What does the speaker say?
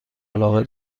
علاقه